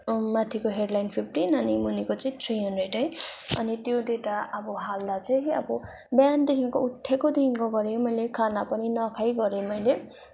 माथिको head line fifteen अनि मुनिको चाहिँ थ्री हन्ड्रेड है अनि त्यो डेटा अब हाल्दा चाहिँ अब बिहानदेखिको उठेकोदेखिको गरेँ मैले खाना पनि नखाई गरेँ मैले